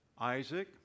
Isaac